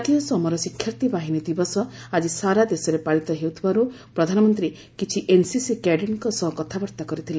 ଜାତୀୟ ସମର ଶିକ୍ଷାର୍ଥୀ ବାହିନୀ ଦିବସ ଆଜି ସାରା ଦେଶରେ ପାଳିତ ହେଉଥିବାରୁ ପ୍ରଧାନମନ୍ତ୍ରୀ କିଛି ଏନ୍ସିସି କ୍ୟାଡେଟ୍ଙ୍କ ସହ କଥାବାର୍ତ୍ତା କରିଥିଲେ